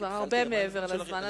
כבר הרבה מעבר לזמן.